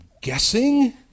guessing